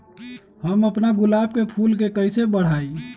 हम अपना गुलाब के फूल के कईसे बढ़ाई?